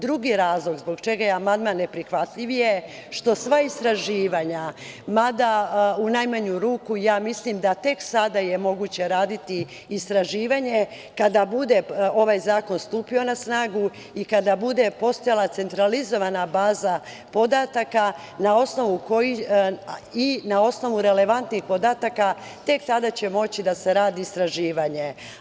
Drugi razlog zbog čega je amandman neprihvatljiv je što sva istraživanja, mada u najmanju ruku ja mislim da je tek sada moguće raditi istraživanje, kada bude ovaj zakon stupio na snagu i kada bude postojala centralizovana baza podataka i na osnovu relevantnih podataka, tek tada će moći da se radi istraživanje.